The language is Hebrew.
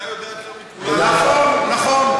אתה יודע יותר מכולנו, נכון, נכון.